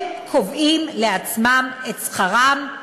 הם קובעים לעצמם את שכרם?